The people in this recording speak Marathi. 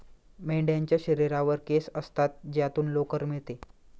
मेंढ्यांच्या शरीरावर केस असतात ज्यातून लोकर मिळते